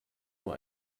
nur